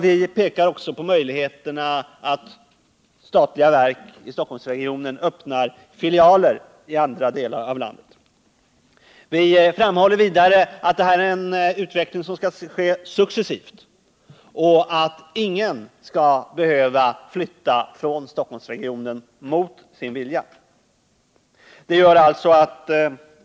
Vi pekar också på möjligheterna att statliga verk i Stockholmsregionen öppnar filialer i andra delar av landet. Vi framhåller vidare att detta är en utveckling som skall ske successivt och att ingen skall behöva flytta från Stockholmsregionen mot sin vilja.